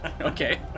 Okay